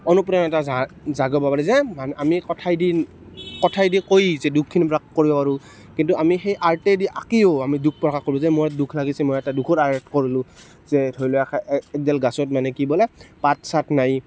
অনুপ্ৰেৰণা এটা জা জগাব পাৰি যে আমি কথাই দি কথাই দি কৈ যি দুখখিনি প্ৰকাশ কৰিব পাৰোঁ কিন্তু আমি সেই আৰ্টে দি আঁকিও আমি দুখ প্ৰকাশ কৰোঁ যে মই দুখ লাগিছে মই এটা দুখৰ আৰ্ট কৰিলোঁ যে ধৰি লোৱা এডাল গছত মানে কি বোলে পাত চাত নাই